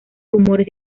rumores